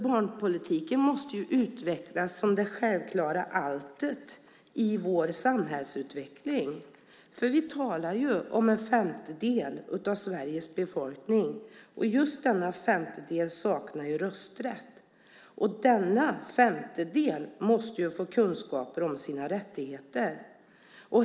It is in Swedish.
Barnpolitiken måste utvecklas som det självklara alltet i vår samhällsutveckling. Vi talar om en femtedel av Sveriges befolkning, och just denna femtedel saknar rösträtt. Denna femtedel måste få kunskaper om sina rättigheter.